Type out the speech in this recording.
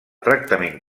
tractament